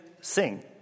sing